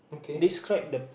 describe the